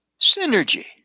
synergy